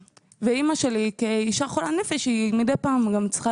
אימא שלי כאישה חולת נפש, היא מידי פעם גם צריכה